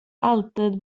alltid